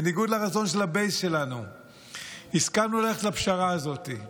בניגוד לרצון של הבייס שלנו הסכמנו ללכת לפשרה הזאת.